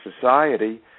society